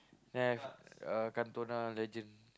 then have uh Cantona legend